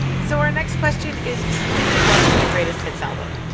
so our next question is truly one for the greatest hits album.